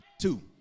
Two